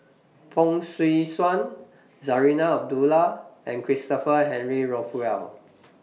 Fong Swee Suan Zarinah Abdullah and Christopher Henry Rothwell